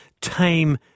tame